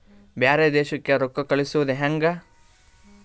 ಬ್ಯಾರೆ ದೇಶಕ್ಕೆ ರೊಕ್ಕ ಕಳಿಸುವುದು ಹ್ಯಾಂಗ?